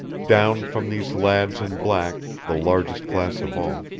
down from these lads in black, the largest class of all,